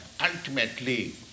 ultimately